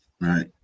Right